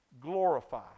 glorify